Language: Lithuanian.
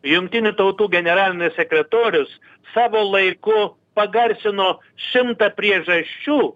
jungtinių tautų generalinis sekretorius savo laiku pagarsino šimtą priežasčių